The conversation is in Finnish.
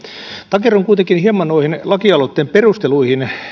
takerrun kuitenkin hieman noihin lakialoitteen perusteluihin